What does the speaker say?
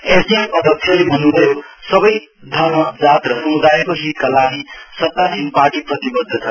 SDF अध्यक्षले भन्नुभयोसबै धर्म जात र समुदायको हितको लागि सत्तासिन पार्टी प्रतिबद्ध छ